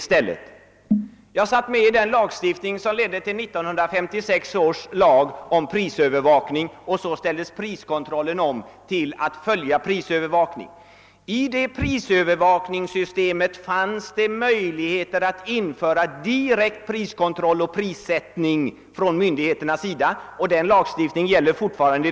Jag var själv med vid tillkomsten av 1956 års lag om prisövervakning, som innebar att priskontrollen omställdes till att bli en prisövervakning. Med det övervakningssystemet finns det möjlighet att införa direkt priskontroll och prissättning från myndigheternas sida, och den lagen gäller fortfarande.